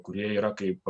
kurie yra kaip